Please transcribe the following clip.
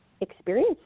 experience